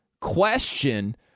question